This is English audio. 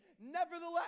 Nevertheless